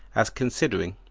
as considering,